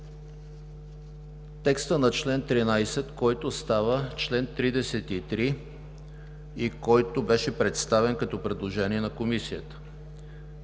текста на чл. 13, който става чл. 33 и беше представен като предложение на Комисията,